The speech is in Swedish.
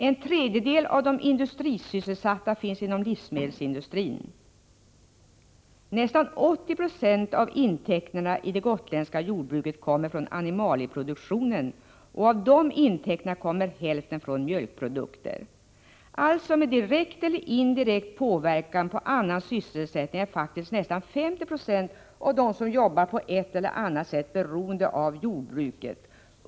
En tredjedel av de industrisysselsatta finns inom livsmedelsindustrin. Nästan 80 96 av intäkterna i det gotländska jordbruket kommer från animalieproduktionen, och av de intäkterna kommer hälften från mjölkprodukter. Genom att jordbruket direkt eller indirekt påverkar annan sysselsättning är nästan 50 90 av dem som jobbar på ett eller annat sätt beroende av jordbruket.